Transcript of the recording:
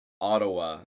Ottawa